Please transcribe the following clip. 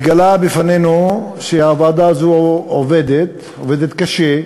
התגלה לנו שהוועדה הזאת עובדת קשה,